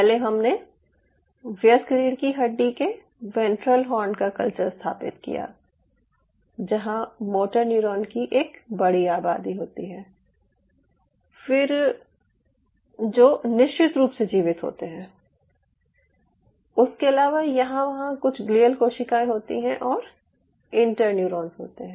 पहले हमने वयस्क रीढ़ की हड्डी के वेंट्रल हॉर्न का कल्चर स्थापित किया जहां मोटर न्यूरॉन की एक बड़ी आबादी होती है जो निश्चित रूप से जीवित होते है उसके अलावा यहाँ वहां कुछ ग्लियल कोशिकाएं होती हैं और इंटर न्यूरॉन्स होते हैं